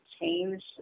change